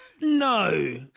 No